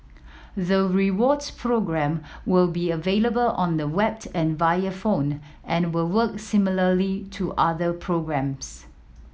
the rewards program will be available on the web and via phone and will work similarly to other programs